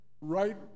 right